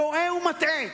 טועה ומטעה,